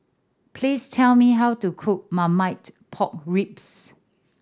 please tell me how to cook Marmite Pork Ribs